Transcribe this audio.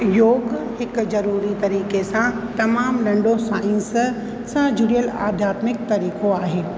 योगु हिकु ज़रूरी तरीक़े सां तमामु नन्ढो साईंस सां जुड़ियलु आधियात्मिक तरीक़ो आहे